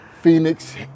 phoenix